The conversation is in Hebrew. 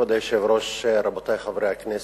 כבוד היושב-ראש, רבותי חברי הכנסת,